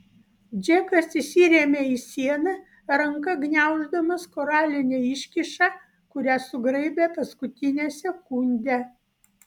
džekas įsirėmė į sieną ranka gniauždamas koralinę iškyšą kurią sugraibė paskutinę sekundę